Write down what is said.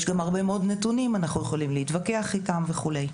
יש גם הרבה מאוד נתונים אנחנו יכולים להתווכח איתם וכולי.